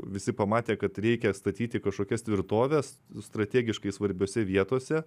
visi pamatė kad reikia statyti kažkokias tvirtoves strategiškai svarbiose vietose